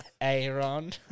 Aaron